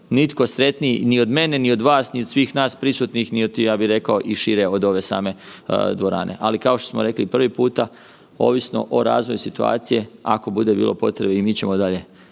nitko sretniji ni od mene, ni od vas, ni od svih nas prisutnih, niti, ja bih rekao, i šire od ove same dvorane. Ali kao što smo rekli prvi puta, ovisno o razvoju situacije ako bude bilo potrebe i mi ćemo dalje